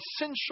essential